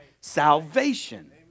salvation